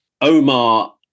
Omar